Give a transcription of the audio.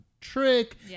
trick